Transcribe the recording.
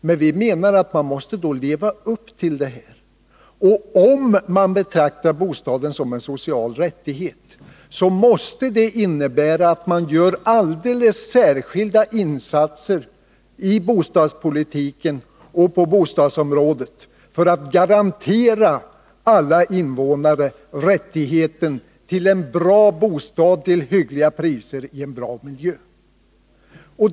Men vi menar att man måste leva upp till detta. Om man betraktar bostaden som en social rättighet måste det innebära att man gör särskilda insatser i bostadspolitiken och på bostadsområdet för att garantera alla invånare rättigheten till en bra bostad till hyggligt pris i en bra miljö.